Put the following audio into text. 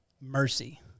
mercy